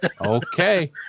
Okay